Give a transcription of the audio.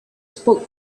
spoke